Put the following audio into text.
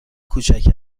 کوچک